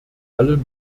alle